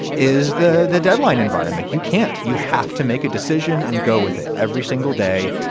is the the deadline environment. you can't you have to make a decision and go with it every single day.